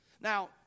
Now